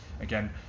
again